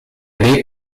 dei